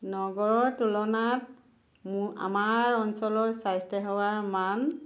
নগৰৰ তুলনাত মোৰ আমাৰ অঞ্চলৰ স্বাস্থ্য সেৱাৰ মান